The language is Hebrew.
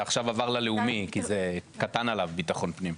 זה עכשיו עבר ללאומי כי זה קטן עליו ביטחון פנים.